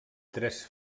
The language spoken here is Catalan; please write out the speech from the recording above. tres